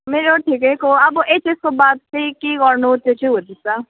मेरो ठिकैको अब एचएसको बाद चाहिँ के गर्नु त्यो चाहिँ हुँदैछ